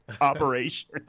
operation